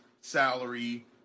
salary